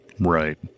Right